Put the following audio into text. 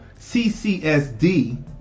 CCSD